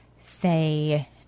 say